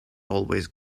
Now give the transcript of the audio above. always